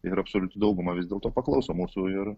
ir absoliuti dauguma vis dėlto paklauso mūsų ir